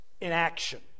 inaction